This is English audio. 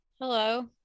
hello